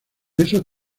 esos